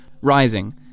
rising